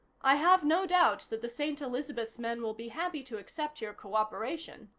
i have no doubt that the st. elizabeth's men will be happy to accept your cooperation,